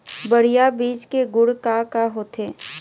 बढ़िया बीज के गुण का का होथे?